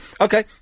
Okay